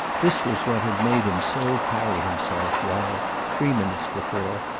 this was what had made him so carry himself while, three minutes before,